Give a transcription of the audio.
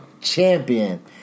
champion